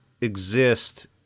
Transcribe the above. exist